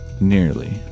nearly